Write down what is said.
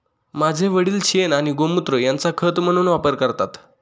माझे वडील शेण आणि गोमुत्र यांचा खत म्हणून वापर करतात